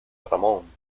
ramón